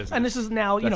and this is now, you know